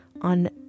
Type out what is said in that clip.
on